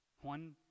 One